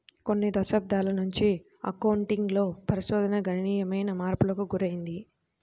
కొన్ని దశాబ్దాల నుంచి అకౌంటింగ్ లో పరిశోధన గణనీయమైన మార్పులకు గురైంది